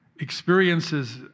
experiences